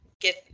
get